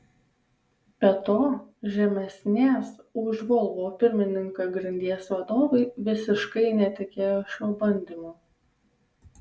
be to žemesnės už volvo pirmininką grandies vadovai visiškai netikėjo šiuo bandymu